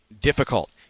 difficult